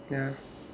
ya